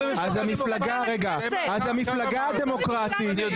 אז המפלגה הדמוקרטית --- אני יודע